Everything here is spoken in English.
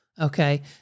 Okay